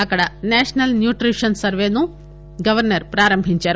అక్కడ సేషనల్ న్యూట్రిషన్ సర్వేను గవర్పర్ ప్రారంభించారు